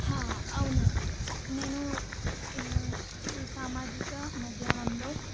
అవును నేను సామాజిక మాధ్యమంలో